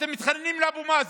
אתם מתחננים לאבו מאזן,